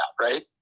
right